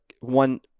One